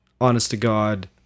honest-to-God